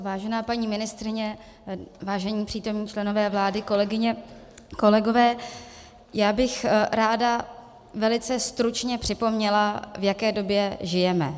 Vážená paní ministryně, vážení přítomní členové vlády, kolegyně, kolegové, ráda bych velice stručně připomněla, v jaké době žijeme.